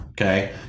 okay